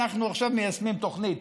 אנחנו עכשיו מיישמים תוכנית,